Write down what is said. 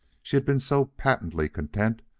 she had been so patently content,